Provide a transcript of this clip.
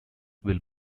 will